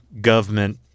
government